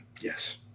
Yes